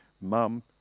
mum